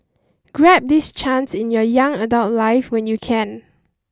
grab this chance in your young adult life when you can